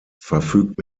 verfügt